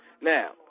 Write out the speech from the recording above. Now